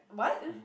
what